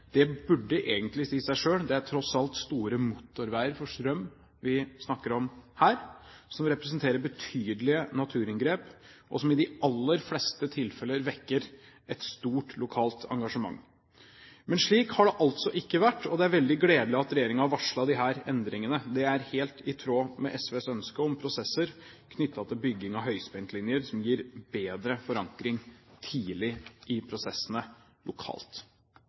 Det burde egentlig si seg selv, det er tross alt store motorveier for strøm vi snakker om her, som representerer betydelige naturinngrep, og som i de aller fleste tilfeller vekker et stort lokalt engasjement. Men slik har det altså ikke vært, og det er veldig gledelig at regjeringen har varslet disse endringene. Det er helt i tråd med SVs ønske om prosesser knyttet til bygging av høyspentlinjer som gir bedre forankring tidlig i prosessene lokalt.